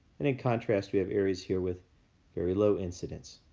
and in contrast, we have areas here with very low incidence.